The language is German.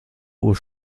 uhr